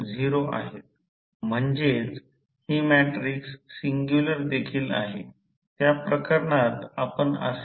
तर Z B म्हणजे मूळ प्रतिकार आणि 2 म्हणजे दुय्यम बाजू Z B 2 व्हीV2I2